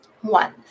One